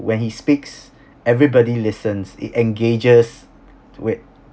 when he speaks everybody listens it engages with